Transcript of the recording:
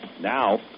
Now